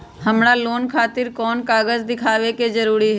हमरा लोन खतिर कोन कागज दिखावे के जरूरी हई?